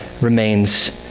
remains